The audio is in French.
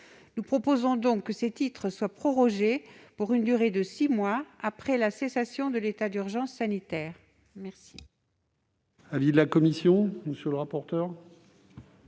Nous proposons donc que ces titres soient prorogés pour une durée de six mois après la cessation de l'état d'urgence sanitaire. Quel est l'avis de la commission ? Je remercie